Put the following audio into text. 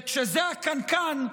וכשזה הקנקן,